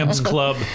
Club